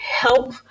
help